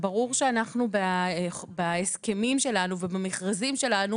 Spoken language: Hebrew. ברור שאנחנו בהסכמים שלנו ובמכרזים שלנו